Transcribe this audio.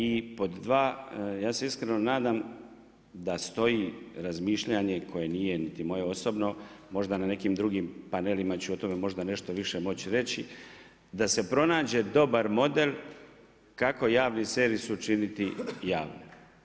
I pod 2 ja se iskreno nadam, da stoji razmišljanje koje nije niti moje osobno, možda na nekim drugim panelima ću o tome možda nešto više moći reći, da se pronađe dobar model, kako javni servis učinit javnim.